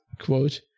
quote